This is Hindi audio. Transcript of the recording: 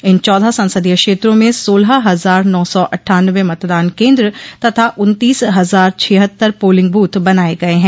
इन चौदह संसदीय क्षेत्रों में सोलह हजार नौ सौ अट्ठानवे मतदान केन्द्र तथा उन्तीस हजार छिहत्तर पोलिंग बूथ बनाये गये हैं